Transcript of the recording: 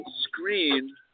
screen